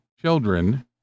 children